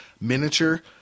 miniature